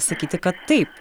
sakyti kad taip